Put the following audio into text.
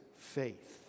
faith